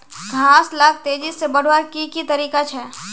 घास लाक तेजी से बढ़वार की की तरीका छे?